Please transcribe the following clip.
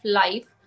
life